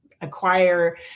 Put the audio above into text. acquire